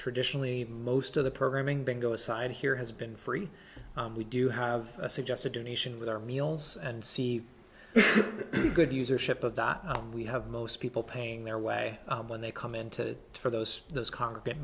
traditionally most of the programming bingo aside here has been free we do have a suggested donation with our meals and see a good user ship of that we have most people paying their way when they come in to for those those congregate